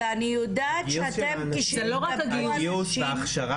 ואני יודעת שאתם --- הגיוס וההכשרה